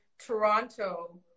Toronto